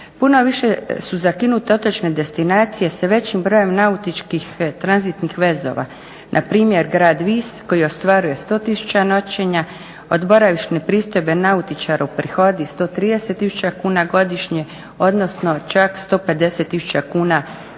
Puno više su zakinute otočne destinacije sa većim brojem nautičkih tranzitnih vezova. Npr. grad Vis koji ostvaruje 100 000 noćenja, od boravišne pristojbe nautičar uprihodi 130 000 kuna godišnje, odnosno čak 150 000 kuna manje